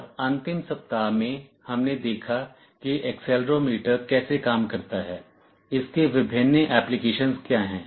और अंतिम सप्ताह में हमने देखा कि एक्सेलेरोमीटर कैसे काम करता है इसके विभिन्न एप्लीकेशनस क्या हैं